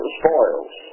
spoils